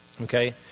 Okay